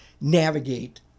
navigate